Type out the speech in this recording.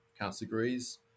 categories